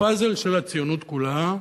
הפאזל של הציונות כולה.